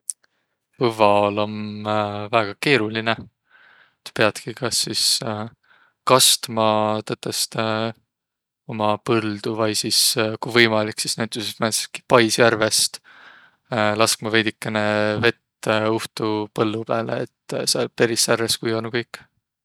Põvva aol om väega keerolinõ. Et piätki kas sis kastma tõtõstõ uma põldu vai sis ku võimalik sis määndsestki paisjärvest laskma veidikene vett uhtuq põllu pääle, et sääl peris ärq es kuionuq kõik.